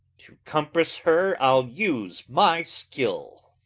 to compass her i'll use my skill.